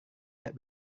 tak